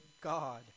God